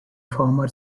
former